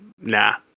nah